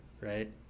right